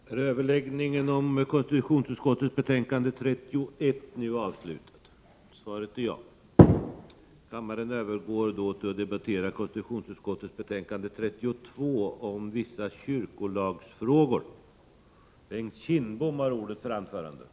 Kammaren övergår nu till att debattera justitieutskottets betänkande 30 om anslag till åklagarväsendet. I fråga om detta betänkande hålls gemensam överläggning för punkterna 1 och 2.